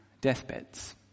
deathbeds